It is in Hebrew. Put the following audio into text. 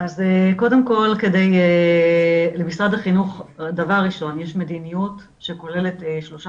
קודם כל למשרד החינוך דבר ראשון יש מדיניות שכוללת שלושה